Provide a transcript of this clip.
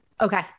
Okay